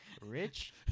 rich